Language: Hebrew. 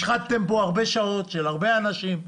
השחתתם פה הרבה שעות של הרבה אנשים.